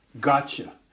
gotcha